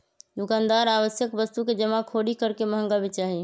दुकानदार आवश्यक वस्तु के जमाखोरी करके महंगा बेचा हई